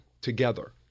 together